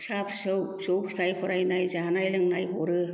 फिसा फिसौ फिसौ फिथाय फरायनाय जानाय लोंनाय हरो